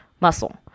muscle